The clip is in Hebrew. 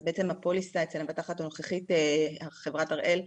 אז בעצם הפוליסה אצל המבטחת הנוכחית- חברת "הראל",